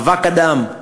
אבק אדם.